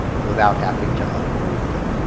without having to ungroup them.